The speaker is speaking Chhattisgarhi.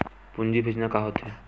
पूंजी भेजना का होथे?